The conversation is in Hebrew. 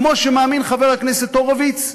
כמו שמאמין חבר הכנסת הורוביץ,